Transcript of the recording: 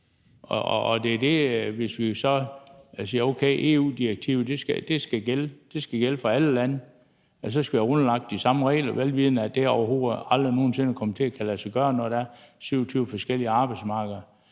Og hvis vi så siger, at EU-direktivet skal gælde for alle lande, skal vi være underlagt de samme regler, vel vidende at det overhovedet aldrig nogen sinde kommer til at kunne lade sig gøre, når der er 27 forskellige arbejdsmarkeder.